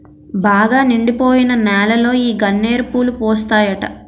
బాగా నిండిపోయిన నేలలో ఈ గన్నేరు పూలు పూస్తాయట